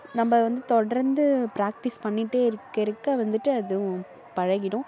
நம்ம வந்து தொடர்ந்து பிராக்டிஸ் பண்ணிகிட்டே இருக்க இருக்க வந்துட்டு அதுவும் பழகிவிடும்